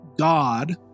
God